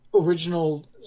Original